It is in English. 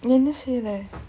என்ன செய்ற:enna seira